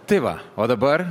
tai va o dabar